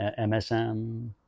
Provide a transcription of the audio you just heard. MSM